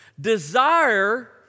desire